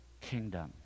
kingdom